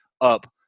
up